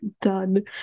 done